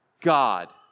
God